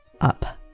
up